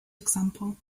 example